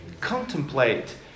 contemplate